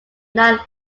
nine